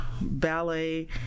ballet